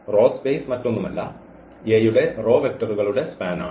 raw space മറ്റൊന്നുമല്ല A യുടെ row വെക്റ്ററുകളുടെ സ്പാൻ ആണ്